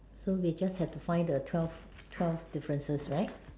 so we just have to find the twelve the twelve differences right